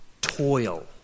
toil